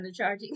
undercharging